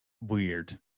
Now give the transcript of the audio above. weird